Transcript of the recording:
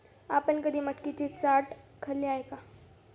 आपण कधी मटकीची चाट खाल्ली आहे का?